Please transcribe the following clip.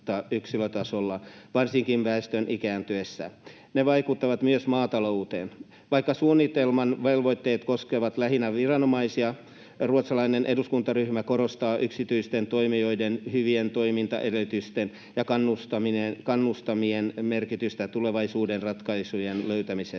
varsinkin väestön ikääntyessä. Ne vaikuttavat myös maatalouteen. Vaikka suunnitelman velvoitteet koskevat lähinnä viranomaisia, ruotsalainen eduskuntaryhmä korostaa yksityisten toimijoiden hyvien toimintaedellytysten ja kannustimien merkitystä tulevaisuuden ratkaisujen löytämisessä.